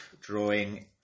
drawing